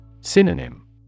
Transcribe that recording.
Synonym